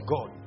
God